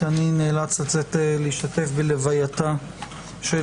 כי אני נאלץ לצאת להשתתף בלווייתה של